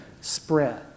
spread